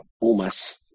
Pumas